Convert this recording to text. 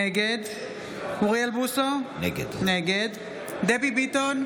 נגד אוריאל בוסו, נגד דבי ביטון,